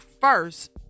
first